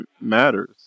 matters